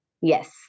yes